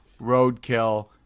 roadkill